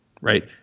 Right